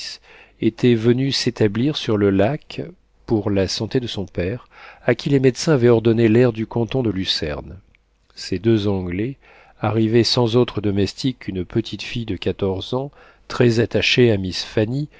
était venue s'établir sur le lac pour la santé de son père à qui les médecins avaient ordonné l'air du canton de lucerne ces deux anglais arrivés sans autre domestique qu'une petite fille de quatorze ans très attachée à miss